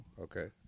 Okay